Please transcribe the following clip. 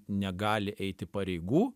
negali eiti pareigų